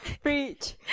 Preach